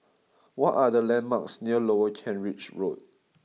what are the landmarks near Lower Kent Ridge Road